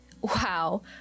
Wow